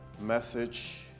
message